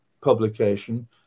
publication